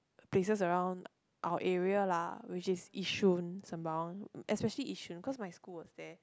places around our area lah which is yishun sembawang especially yishun because my school was there